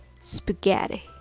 spaghetti